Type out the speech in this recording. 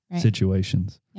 situations